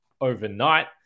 overnight